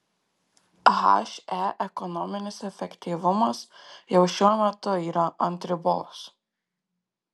he ekonominis efektyvumas jau šiuo metu yra ant ribos